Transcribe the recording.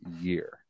year